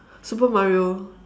super Mario